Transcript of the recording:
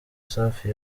safi